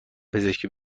پزشک